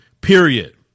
period